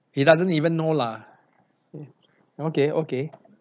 he doesn't even know lah okay okay